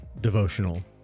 devotional